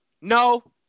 no